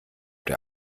der